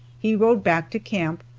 he rode back to camp,